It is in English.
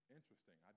Interesting